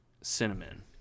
cinnamon